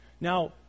Now